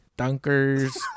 Dunkers